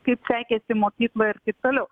kaip sekėsi mokykloj ir taip toliau